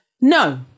No